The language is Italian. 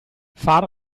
far